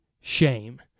shame